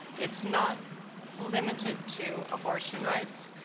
it's not limited to abortion rights,